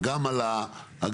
גם על התכנון.